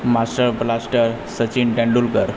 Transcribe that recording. master blaster Sachin Tendulkar